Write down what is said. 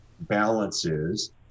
Balances